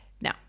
Now